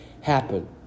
happen